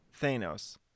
Thanos